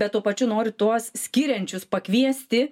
bet tuo pačiu nori tuos skiriančius pakviesti